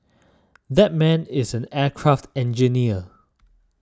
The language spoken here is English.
that man is an aircraft engineer